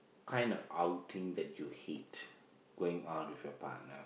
kind of outing that you hate going out with your partner